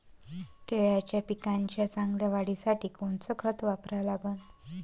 केळाच्या पिकाच्या चांगल्या वाढीसाठी कोनचं खत वापरा लागन?